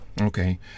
Okay